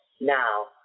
now